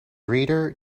reader